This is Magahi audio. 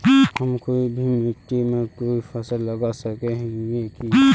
हम कोई भी मिट्टी में कोई फसल लगा सके हिये की?